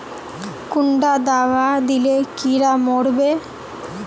कुंडा दाबा दिले कीड़ा मोर बे?